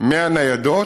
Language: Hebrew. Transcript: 100 ניידות,